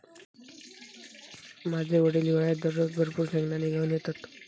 माझे वडील हिवाळ्यात दररोज भरपूर शेंगदाने घेऊन येतत